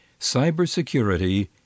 Cybersecurity